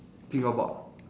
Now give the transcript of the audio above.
think about